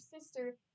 sister